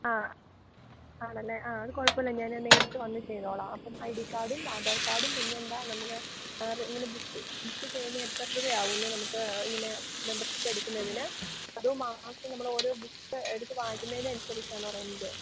ആ ആണല്ലേ ആ അത് കുഴപ്പമില്ല ഞാൻ നേരിട്ട് വന്ന് ചെയ്തോളാം അപ്പം ഐ ഡീക്കാഡും ആധാർക്കാഡും പിന്നെന്താ നമ്മൾ വേറെ ഇങ്ങനെ ബുക്ക് ബുക്ക് ചെയ്യണത് എത്ര രൂപയാകുമെന്നേ നമുക്ക് ഇങ്ങനെ മെമ്പർഷിപ്പെടുക്കുന്നതിന് അതോ മാസം നമ്മൾ ഓരോ ബുക്ക്സ്സ് എടുത്ത് വായിക്കുന്നതിന് അനുസരിച്ചാണോ റെൻറ്റ്